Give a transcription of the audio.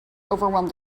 overwhelmed